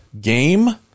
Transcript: game